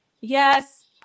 Yes